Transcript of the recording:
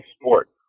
sport